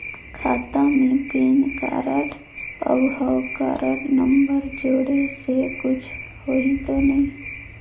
खाता मे PAN card और हव कारड नंबर जोड़े से कुछ होही तो नइ?